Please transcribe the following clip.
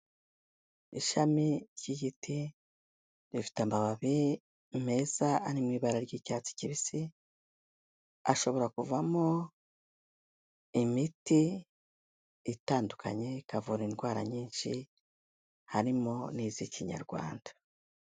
Ishami ry'igiti rifite amababi meza ari mu ibara ry'icyatsi kibisi, ashobora kuvamo imiti itandukanye ikavuna indwara nyinshi harimo n'iz'Ikinyarwanda.